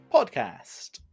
podcast